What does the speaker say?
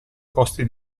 costi